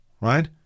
right